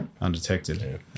undetected